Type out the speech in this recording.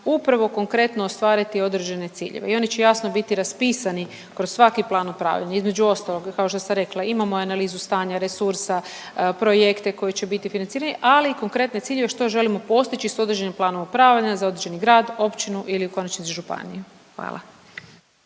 upravo konkretno ostvariti određene ciljeve i oni će jasno biti raspisani kroz svaki plan upravljanja. Između ostalog kao što sam rekla, imamo analizu stanja resursa, projekte koji će biti financirati, ali i konkretne ciljeve što želimo postići s određenim planom upravljanja za određeni grad, općinu ili u konačnici za županiju, hvala.